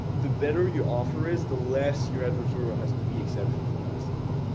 the better you offer is, the less your advertorial has to be exceptional basically.